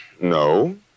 No